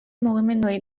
mugimenduei